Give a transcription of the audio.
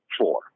four